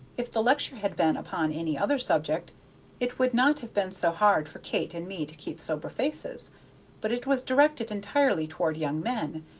if the lecture had been upon any other subject it would not have been so hard for kate and me to keep sober faces but it was directed entirely toward young men,